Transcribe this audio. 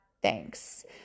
Thanks